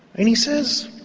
and he says,